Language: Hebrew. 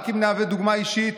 רק אם נהווה דוגמה אישית,